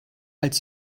als